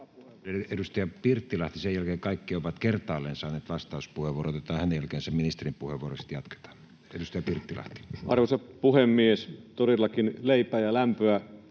Edustaja Pirttilahti. Sen jälkeen kaikki ovat kertaalleen saaneet vastauspuheenvuoron. Otetaan hänen jälkeensä ministerin puheenvuoro, sitten jatketaan. — Edustaja Pirttilahti. [Speech 223] Speaker: